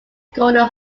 golden